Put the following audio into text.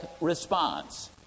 response